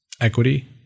equity